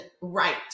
right